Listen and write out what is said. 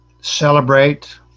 celebrate